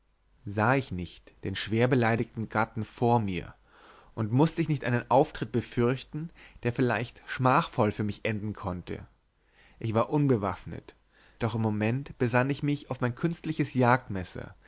sah ich nicht den schwerbeleidigten gatten vor mir und mußt ich nicht einen auftritt befürchten der vielleicht schmachvoll für mich enden konnte ich war unbewaffnet doch im moment besann ich mich auf mein künstliches